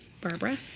Barbara